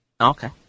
Okay